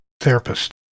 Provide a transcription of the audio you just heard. therapist